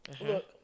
look